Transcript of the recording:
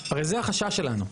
הרי זה החשש שלנו.